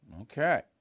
okay